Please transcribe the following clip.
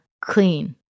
clean